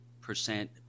percent